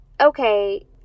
okay